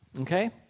okay